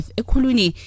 ekuluni